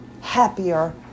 happier